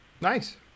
Nice